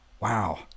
wow